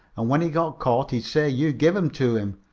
and when he got caught he'd say you gave em to him,